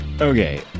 Okay